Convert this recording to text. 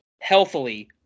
healthily